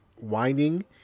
winding